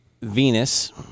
Venus